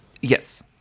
Yes